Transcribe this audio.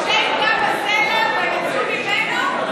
משה הכה בסלע ויצאו ממנו?